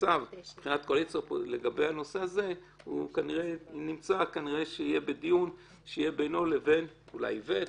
המצב לגבי הנושא הזה כנראה שיהיה בדיון שיהיה בינו לבין אולי איווט,